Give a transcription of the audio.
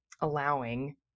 allowing